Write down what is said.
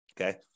Okay